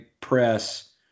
press